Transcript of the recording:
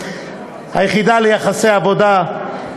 6. היחידה ליחסי עבודה,